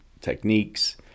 techniques